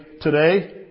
today